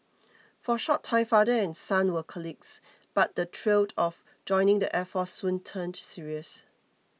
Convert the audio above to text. for a short time father and son were colleagues but the thrill of joining the air force soon turned serious